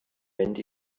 mynd